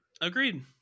Agreed